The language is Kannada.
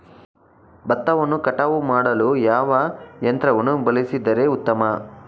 ಭತ್ತವನ್ನು ಕಟಾವು ಮಾಡಲು ಯಾವ ಯಂತ್ರವನ್ನು ಬಳಸಿದರೆ ಉತ್ತಮ?